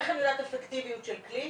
איך אני יודעת אפקטיביות של כלי?